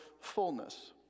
fullness